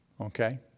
Okay